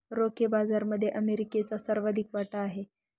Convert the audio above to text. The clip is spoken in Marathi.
रोखे बाजारामध्ये अमेरिकेचा सर्वाधिक वाटा आहे